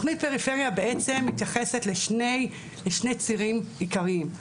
תכנית פריפריה מתייחסת לשני צירים עיקריים,